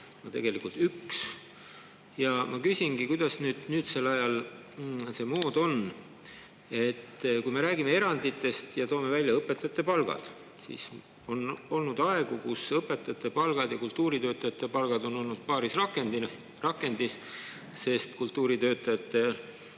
tegelikult üks. Ja ma küsingi, kuidas nüüdsel ajal see mood on. Kui me räägime eranditest ja toome välja õpetajate palgad, siis on olnud aegu, kus õpetajate palgad ja kultuuritöötajate palgad on olnud paarisrakendis, sest kultuuritöötajate